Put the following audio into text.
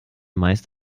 meist